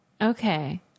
Okay